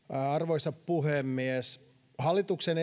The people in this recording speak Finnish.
arvoisa puhemies hallituksen